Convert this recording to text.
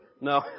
No